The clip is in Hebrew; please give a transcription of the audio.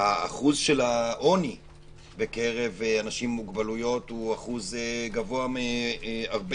אחוז העוני בקרב אנשים עם מוגבלויות גבוה הרבה